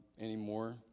anymore